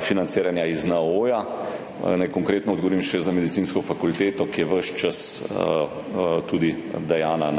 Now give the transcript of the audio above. financiranja iz NOO. Naj konkretno odgovorim še za medicinsko fakulteto, ki je ves čas tudi dajana